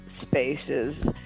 spaces